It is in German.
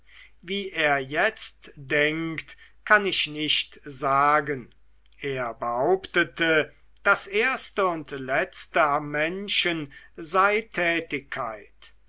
wie er jetzt denkt kann ich nicht sagen er behauptete das erste und letzte am menschen sei